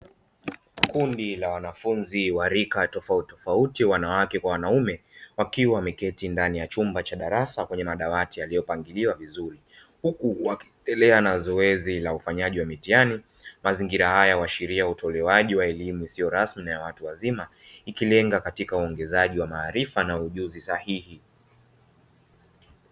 Kundi la wanafunzi wa rika tofauti tofauti wanawake kwa wanaume wakiwa wameketi ndani ya chumba cha darasa kwenye madawati yaliyopangiliwa vizuri huku wakiendelea na zoezi la ufanyaji mitihani mazingira haya huashiria kwa elimu isiyo rasmi na ya watu wazima, ikilenga katika uongezaji wa maarifa na ujuzi sahihi.